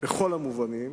בכל המובנים,